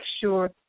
sure